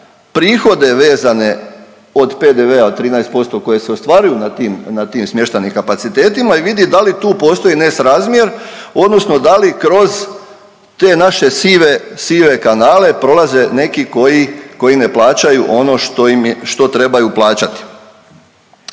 prihode vezano od PDV-a od 13% koje se ostvaruju na tim, na tim smještajnim kapacitetima i vidi da li tu postoji nesrazmjer odnosno da li kroz te naše sive, sive kanale prolaze neki koji, koji ne plaćaju ono što im je, što trebaju plaćati.